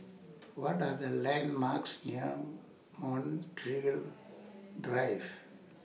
What Are The landmarks near Montreal Drive